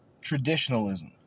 traditionalism